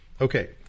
Okay